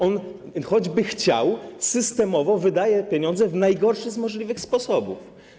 Oni, choćby chcieli dobrze, systemowo wydają pieniądze w najgorszy z możliwych sposobów.